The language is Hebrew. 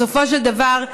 בסופו של דבר,